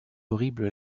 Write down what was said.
horrible